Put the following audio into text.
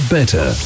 Better